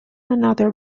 another